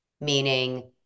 meaning